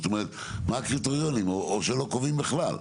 מה הקריטריונים או שלא קובעים בכלל?